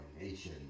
nation